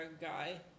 guy